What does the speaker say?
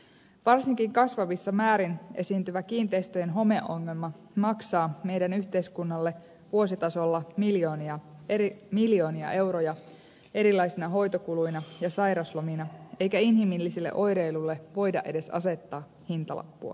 varsinkin kasvavassa määrin esiintyvä kiinteistöjen homeongelma maksaa meidän yhteiskunnallemme vuositasolla miljoonia euroja erilaisina hoitokuluina ja sairaslomina eikä inhimilliselle oireilulle voida edes asettaa hintalappua